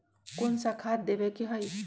कोन सा खाद देवे के हई?